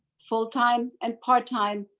full-time, and part-time,